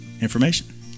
information